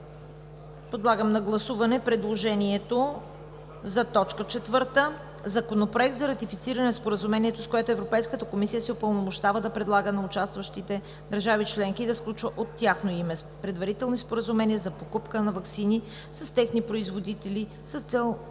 Подлагам на гласуване предложението за точка четвърта: Законопроект за ратифициране на Споразумението, с което Европейската комисия се упълномощава да предлага на участващите държави членки и да сключва от тяхно име предварителни споразумения за покупка на ваксини с техни производители с цел